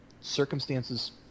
circumstances